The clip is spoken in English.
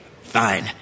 fine